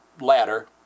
ladder